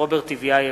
הכנסת דני דנון,